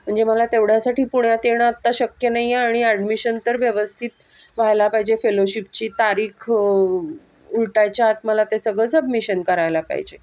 म्हणजे मला तेवढ्यासाठी पुण्यात येणं आत्ता शक्य नाही आहे आणि ॲडमिशन तर व्यवस्थित व्हायला पाहिजे फेलोशिपची तारीख उलटायच्या आत मला ते सगळंच सबमिशन करायला पाहिजे